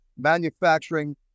manufacturing